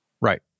Right